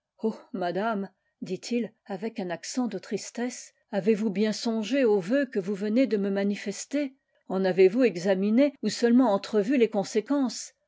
madame dit-il avec un accent de tristesse avez-vous bien songé au vœu que vous venez de me manifester en avez-vous examiné ou seulement entrevu les conséquences